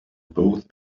both